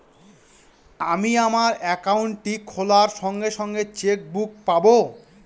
আমি আমার একাউন্টটি খোলার সঙ্গে সঙ্গে চেক বুক পাবো?